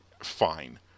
fine